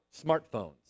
smartphones